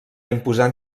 imposant